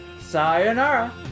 Sayonara